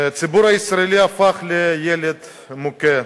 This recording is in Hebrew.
הציבור הישראלי הפך לילד מוכה.